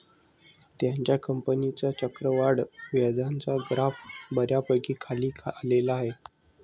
त्याच्या कंपनीचा चक्रवाढ व्याजाचा ग्राफ बऱ्यापैकी खाली आलेला आहे